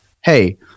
hey